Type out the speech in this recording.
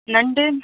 நண்டு